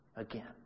again